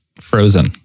frozen